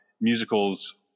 musicals